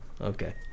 okay